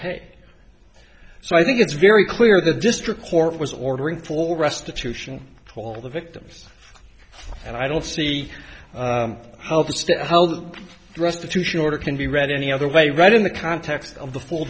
pay so i think it's very clear the district court was ordering full restitution to all the victims and i don't see how the restitution order can be read any other way right in the context of the full